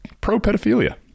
pro-pedophilia